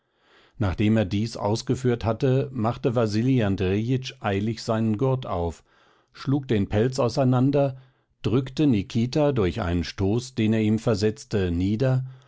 nachdem er dies ausgeführt hatte machte wasili andrejitsch eilig seinen gurt auf schlug den pelz auseinander drückte nikita durch einen stoß den er ihm versetzte nieder